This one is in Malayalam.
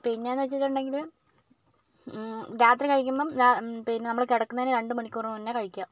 പിന്നേന്ന് വച്ചിട്ടുണ്ടെങ്കില് രാത്രി കഴിക്കുമ്പം ഞാ പിന്നേ നമ്മള് കിടക്കുന്നതിന്റെ രണ്ടു മണിക്കൂര് മുന്നേ കഴിക്കുക